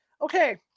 Okay